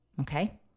Okay